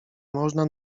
można